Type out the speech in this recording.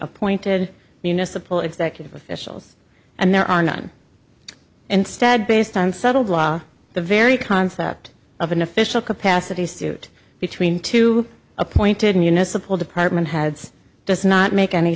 appointed municipal executive officials and there are none instead based on settled law the very concept of an official capacity suit between two appointed municipal department heads does not make any